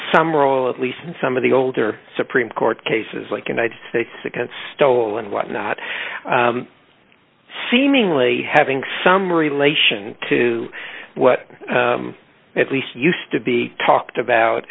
some role at least in some of the older supreme court cases like united states against stoll and whatnot seemingly having some relation to what at least used to be talked about